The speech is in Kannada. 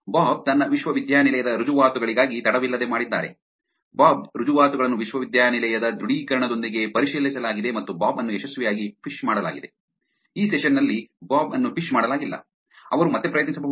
ಬಾಬ್ ತನ್ನ ವಿಶ್ವವಿದ್ಯಾನಿಲಯದ ರುಜುವಾತುಗಳಿಗಾಗಿ ತಡವಿಲ್ಲದೆ ಮಾಡಿದ್ದಾರೆ ಬಾಬ್ ರುಜುವಾತುಗಳನ್ನು ವಿಶ್ವವಿದ್ಯಾನಿಲಯದ ದೃಢೀಕರಣದೊಂದಿಗೆ ಪರಿಶೀಲಿಸಲಾಗಿದೆ ಮತ್ತು ಬಾಬ್ ಅನ್ನು ಯಶಸ್ವಿಯಾಗಿ ಫಿಶ್ ಮಾಡಲಾಗಿದೆ ಈ ಸೆಷನ್ ನಲ್ಲಿ ಬಾಬ್ ಅನ್ನು ಫಿಶ್ ಮಾಡಲಾಗಿಲ್ಲ ಅವರು ಮತ್ತೆ ಪ್ರಯತ್ನಿಸಬಹುದು